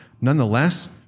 Nonetheless